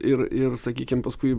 ir ir sakykim paskui